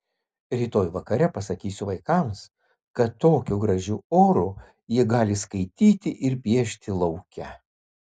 rytoj vakare pasakysiu vaikams kad tokiu gražiu oru jie gali skaityti ir piešti lauke